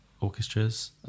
orchestras